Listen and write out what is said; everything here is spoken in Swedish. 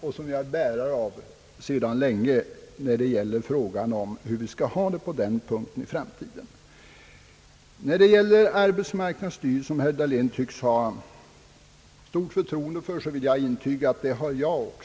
synpunkt, som jag är bärare av sedan länge, när det gäller frågan om hur vi bör ha det på den punkten i framtiden. Vad beträffar arbetsmarknadsstyrelsen, som herr Dahlén tycks ha stort förtroende för, vill jag intyga att det har jag också.